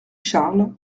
charles